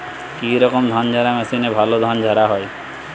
কি রকম ধানঝাড়া মেশিনে ভালো ধান ঝাড়া হয়?